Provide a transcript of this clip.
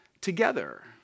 together